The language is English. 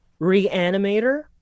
Reanimator